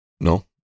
no